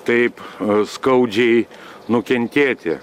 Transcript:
taip skaudžiai nukentėti